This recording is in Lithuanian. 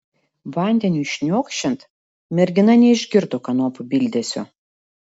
vandeniui šniokščiant mergina neišgirdo kanopų bildesio